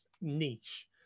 niche